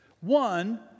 One